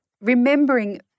remembering